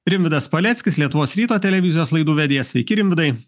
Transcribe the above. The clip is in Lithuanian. rimvydas paleckis lietuvos ryto televizijos laidų vedėjas sveiki rimvydai